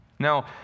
Now